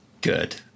good